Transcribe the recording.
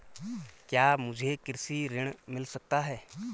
क्या मुझे कृषि ऋण मिल सकता है?